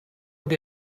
ond